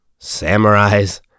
samurais